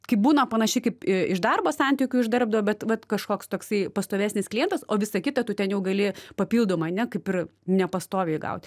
kaip būna panaši kaip iš darbo santykių iš darbdavio bet vat kažkoks toksai pastovesnis klientas o visa kita tu ten jau gali papildomai ane kaip ir nepastoviai gaut